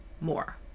more